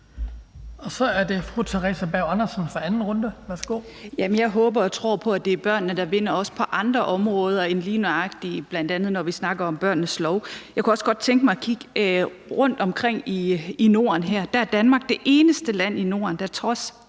Værsgo. Kl. 18:35 Theresa Berg Andersen (SF): Jamen jeg håber og tror på, at det er børnene, der vinder, også på andre områder end lige nøjagtig, når vi snakker om barnets lov. Jeg kunne også godt tænke mig at kigge rundt omkring i Norden; der er Danmark det eneste land i Norden, der trods